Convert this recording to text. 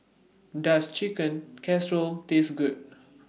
Does Chicken Casserole Taste Good